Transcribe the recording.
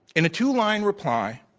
in a two line reply,